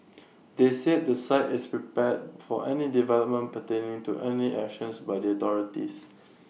they said the site is prepared for any developments pertaining to any action by the authorities